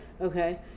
Okay